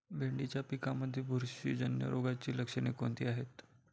भेंडीच्या पिकांमध्ये बुरशीजन्य रोगाची लक्षणे कोणती आहेत?